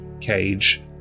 Cage